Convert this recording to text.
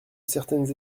certaines